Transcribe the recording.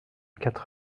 quatre